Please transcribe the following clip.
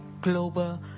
global